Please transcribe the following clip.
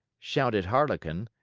shouted harlequin.